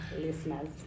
listeners